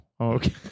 okay